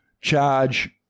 charge